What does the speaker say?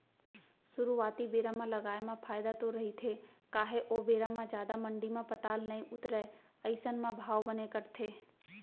सुरुवाती बेरा म लगाए म फायदा तो रहिथे काहे ओ बेरा म जादा मंडी म पताल नइ उतरय अइसन म भाव बने कटथे